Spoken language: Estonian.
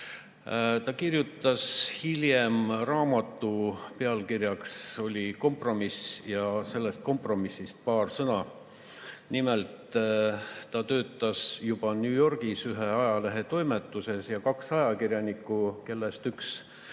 Ta kirjutas hiljem raamatu, pealkirjaks oli "Kompromiss" ja sellest "Kompromissist" paar sõna. Nimelt, ta töötas juba New Yorgis ühes ajalehetoimetuses ja kaks ajakirjanikku, kellest üks